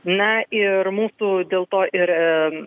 na ir mūsų dėl to ir